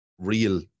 real